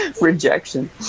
rejection